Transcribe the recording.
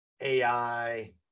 AI